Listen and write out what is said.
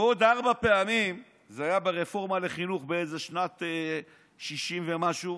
ועוד ארבע פעמים זה היה: ברפורמה לחינוך בשנת 1960 ומשהו,